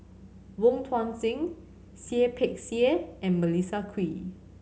Wong Tuang Seng Seah Peck Seah and Melissa Kwee